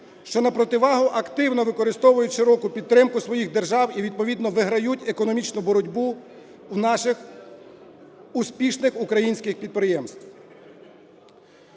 що на противагу активно використовують широку підтримку своїх держав і відповідно виграють економічну боротьбу у наших успішних українських підприємств.